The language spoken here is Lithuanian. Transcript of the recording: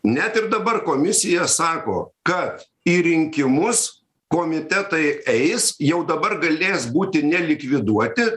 net ir dabar komisija sako kad į rinkimus komitetai eis jau dabar galės būti nelikviduoti